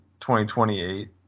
2028